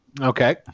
Okay